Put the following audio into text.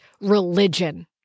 Religion